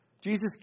Jesus